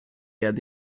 had